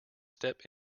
step